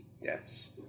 Yes